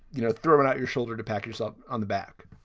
you know, throwing out your shoulder to pat yourself on the back